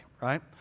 right